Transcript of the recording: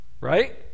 right